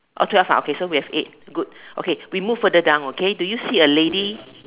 oh twelve ah okay so we have eight good okay we move further down okay do you see a lady